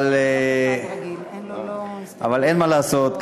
אבל אין מה לעשות,